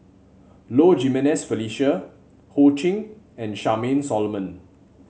Low Jimenez Felicia Ho Ching and Charmaine Solomon